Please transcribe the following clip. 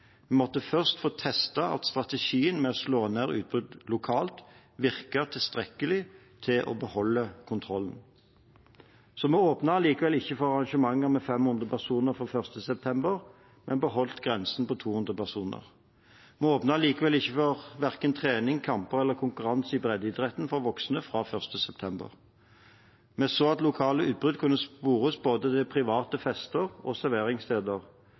Vi måtte først få testet at strategien med å slå ned utbrudd lokalt virket tilstrekkelig til å beholde kontrollen. Så vi åpnet likevel ikke for arrangementer med 500 personer fra 1. september, men beholdt grensen på 200 personer. Vi åpnet heller ikke for verken trening, kamper eller konkurranser i breddeidretten for voksne fra 1. september. Vi så at lokale utbrudd kunne spores både til private fester og serveringssteder,